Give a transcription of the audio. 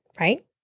right